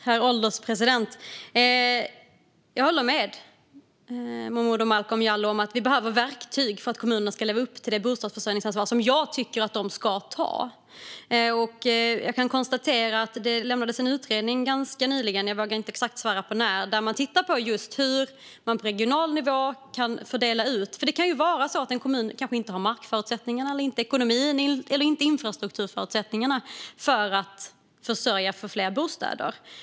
Herr ålderspresident! Jag håller med Momodou Malcolm Jallow om att vi behöver verktyg för att kommunerna ska leva upp till det bostadsförsörjningsansvar som jag tycker att de ska ta. Det lämnades en utredning ganska nyligen - jag vågar inte säga exakt när - där man har tittat på just hur man kan göra en fördelning på regional nivå. Det kan ju vara så att en kommun kanske inte har markförutsättningarna, ekonomin eller infrastrukturförutsättningarna för att sörja för fler bostäder.